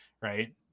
Right